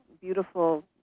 beautiful